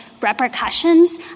repercussions